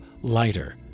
lighter